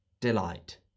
Delight